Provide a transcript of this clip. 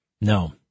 No